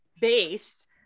based